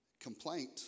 complaint